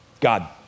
God